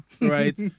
right